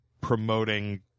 promoting